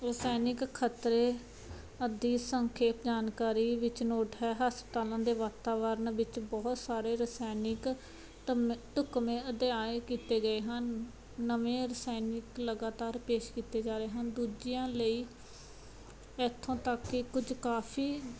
ਰਸਾਇਣਿਕ ਖ਼ਤਰੇ ਅੱਧੀ ਸੰਖੇਪ ਜਾਣਕਾਰੀ ਵਿੱਚ ਨੋਟ ਹੈ ਹਸਪਤਾਲਾਂ ਦੇ ਵਾਤਾਵਰਨ ਵਿੱਚ ਬਹੁਤ ਸਾਰੇ ਰਸਾਇਣਿਕ ਧੱਮੇ ਢੁਕਵੇਂ ਅਧਿਆਏ ਕੀਤੇ ਗਏ ਹਨ ਨਵੇਂ ਰਸਾਇਣਿਕ ਲਗਾਤਾਰ ਪੇਸ਼ ਕੀਤੇ ਜਾ ਰਹੇ ਹਨ ਦੂਜਿਆਂ ਲਈ ਇੱਥੋਂ ਤੱਕ ਕਿ ਕੁਝ ਕਾਫ਼ੀ